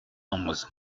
onze